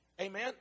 Amen